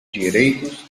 direitos